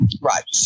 right